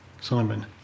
simon